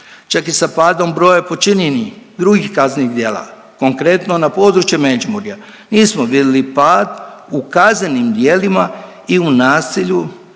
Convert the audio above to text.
Čak i sa padom broja počinjenih drugih kaznenih djela, konkretno, na području Međimurja, nismo vidli pad u kaznenim djelima i u nasilju